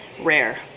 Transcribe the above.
rare